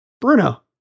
Bruno